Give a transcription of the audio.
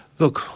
look